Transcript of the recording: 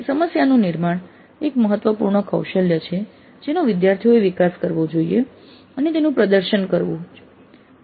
તેથી સમસ્યાનું નિર્માણ એ એક મહત્વપૂર્ણ કૌશલ્ય છે જેનો વિદ્યાર્થીઓએ વિકાસ કરવો જોઈએ અને તેનું પ્રદર્શન કરવું જોઈએ